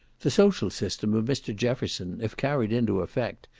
the social system of mr. jefferson, if carried into effect,